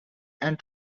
and